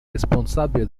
responsabile